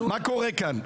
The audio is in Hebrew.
מה קורה כאן?